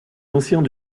anciens